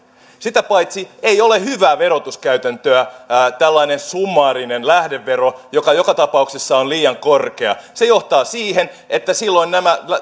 sitä paitsi ei ole hyvää verotuskäytäntöä tällainen summaarinen lähdevero joka on joka tapauksessa liian korkea se johtaa siihen että silloin